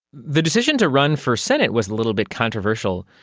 the decision to run for senate was a little bit controversial.